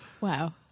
Wow